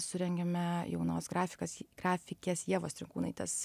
surengėme jaunos grafikas grafikės ievos trinkūnaitės